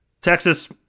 Texas